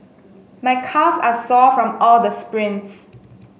my calves are sore from all the sprints